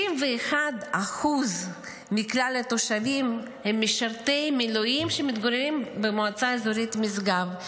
61% מכלל התושבים שמתגוררים במועצה האזורית משגב הם משרתי מילואים.